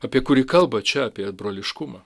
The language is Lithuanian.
apie kurį kalba čia apie broliškumą